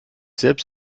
selbst